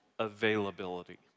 availability